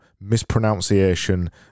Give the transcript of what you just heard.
mispronunciation